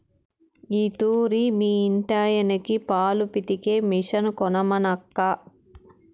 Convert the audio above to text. ఈ తూరి మీ ఇంటాయనకి పాలు పితికే మిషన్ కొనమనక్కా